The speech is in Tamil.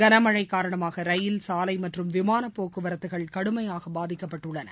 கனமழை காரணமாக ரயில் சாலை மற்றும் விமானப் போக்குவரத்துகள் கடுமையாக பாதிக்கப்பட்டுள்ளன